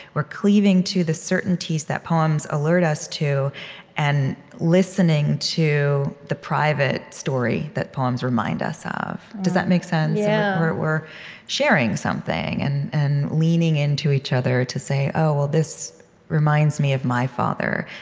we're cleaving to the certainties that poems alert us to and listening to the private story that poems remind us of. does that make sense? yeah we're we're sharing something and and leaning into each other to say, oh, well, this reminds me of my father.